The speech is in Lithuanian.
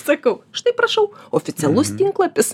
sakau štai prašau oficialus tinklapis